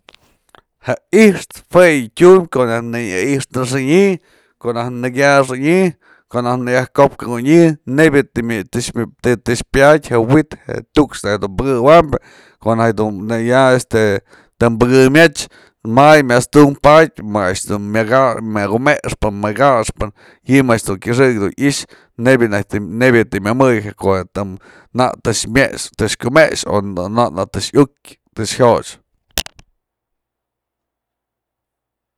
Jë i'ixtë jue yë tyumbë ko'o najk në yai'ixnayë, ko'o najk në kyaxënyë, ko'o najk nëyaj ko'opkëwenyë neyb je tëxpyadë je wi'it je tukxë dun pëkëwampyë ko'o najk du ya este të pëkëmyach, mayë myas tunk padyë ma a'ax dun mya kax mya kumexpën, më kaxpën, ji'im a'ax dun kyëxëk dun i'ixë neby je të myamë ko'o nak të myëx tëx kyumex o nak naj të yukë të jyoch.